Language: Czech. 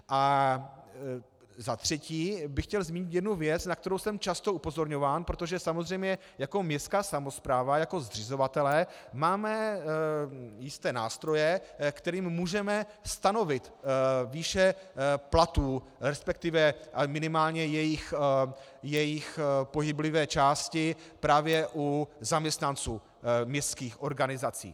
A za třetí bych chtěl zmínit jednu věc, na kterou jsem často upozorňován, protože samozřejmě jako městská samospráva, jako zřizovatelé máme jisté nástroje, kterými můžeme stanovit výše platů, resp. minimálně jejich pohyblivé části právě u zaměstnanců městských organizací.